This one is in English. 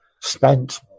spent